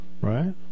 right